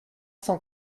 cent